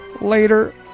Later